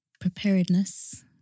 preparedness